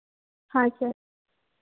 हाँ सर